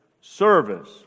service